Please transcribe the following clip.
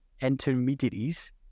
intermediaries